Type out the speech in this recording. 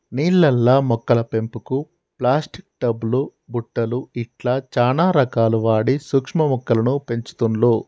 నీళ్లల్ల మొక్కల పెంపుకు ప్లాస్టిక్ టబ్ లు బుట్టలు ఇట్లా చానా రకాలు వాడి సూక్ష్మ మొక్కలను పెంచుతుండ్లు